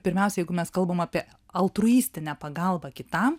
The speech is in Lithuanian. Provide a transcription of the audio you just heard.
pirmiausia jeigu mes kalbam apie altruistinę pagalbą kitam